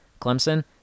Clemson